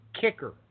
kicker